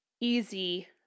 easy